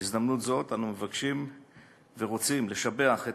בהזדמנות זו אנו מבקשים ורוצים לשבח את